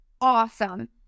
awesome